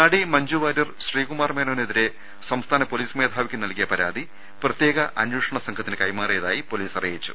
നടി മഞ്ജുവാര്യർ ശ്രീകുമാർ മേനോനെതിരെ സംസ്ഥാന പൊലീസ് മേധാവിക്ക് നൽകിയ പരാതി പ്രത്യേക അന്വേഷണ സംഘത്തിന് കൈമാറിയതായി പൊലിസ് അറിയിച്ചു